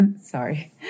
Sorry